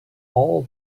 all